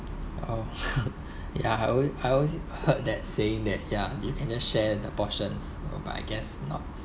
oh ya I always I always heard that saying that ya you can just share the portions but I guess not